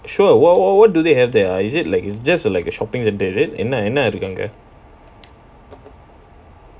sure wha~ wha~ what do they have there ah is it like it's just err like a shopping centre is it என்ன என்ன இருக்கு அங்க:enna enna irukku anga